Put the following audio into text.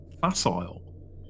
facile